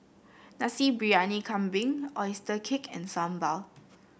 Nasi Briyani Kambing oyster cake and Sambal